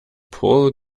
paul